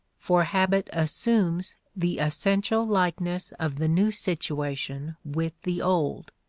for habit assumes the essential likeness of the new situation with the old.